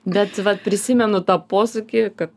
bet vat prisimenu tą posakį kad